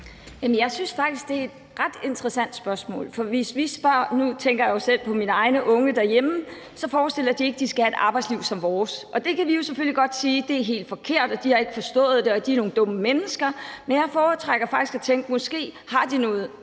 Jeg synes faktisk, det er et ret interessant spørgsmål. Nu tænker jeg jo selv på mine egne unge derhjemme, og de forestiller sig ikke, at de skal have et arbejdsliv som vores. Og vi kan selvfølgelig godt sige, at det er helt forkert, og at de ikke har forstået det, og at de er nogle dumme mennesker. Men jeg foretrækker faktisk at tænke, at de måske har noget